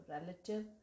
relative